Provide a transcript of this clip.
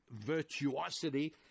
virtuosity